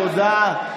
תודה.